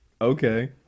okay